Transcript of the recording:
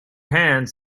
hands